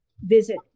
Visit